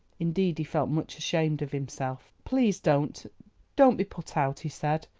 indeed he felt much ashamed of himself. please don't don't be put out, he said.